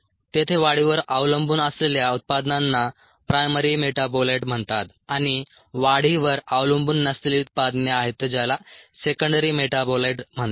तेथे वाढीवर अवलंबून असलेल्या उत्पादनांना प्रायमरी मेटाबोलाइट म्हणतात आणि वाढीवर अवलंबुन नसलेली उत्पादने आहेत ज्याला सेकंडरी मेटाबोलाइट म्हणतात